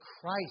Christ